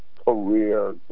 career